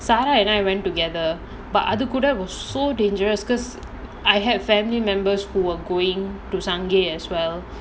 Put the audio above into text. sara and I went together but அது கூட:adhu kooda was so dangerous because I had family members who were going to sungei as well